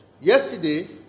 Yesterday